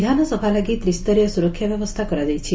ବିଧାନସଭା ଲାଗି ତ୍ରିସ୍ତରୀୟ ସୁରକ୍ଷା ବ୍ୟବସ୍ଚା କରାଯାଇଛି